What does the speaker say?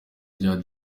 rya